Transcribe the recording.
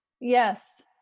yes